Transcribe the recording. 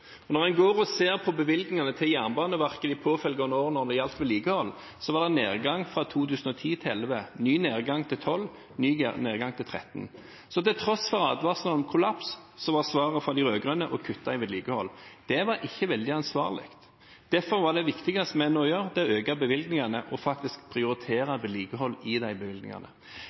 Når en ser på bevilgningene til Jernbaneverket de påfølgende årene når det gjelder vedlikehold, var det nedgang fra 2010 til 2011, ny nedgang til 2012, ny nedgang til 2013. Så til tross for advarslene om kollaps var svaret fra de rød-grønne å kutte i vedlikehold. Det var ikke veldig ansvarlig. Derfor er det viktigste vi nå gjør, å øke bevilgningene og faktisk prioritere vedlikehold i de bevilgningene.